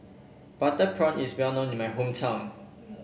Butter Prawn is well known in my hometown